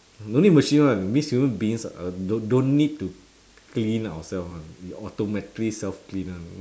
no need machine [one] means human beings uh don't don't need to clean ourself [one] we automatically self clean [one]